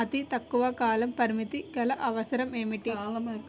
అతి తక్కువ కాల పరిమితి గల అవసరం ఏంటి